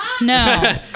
No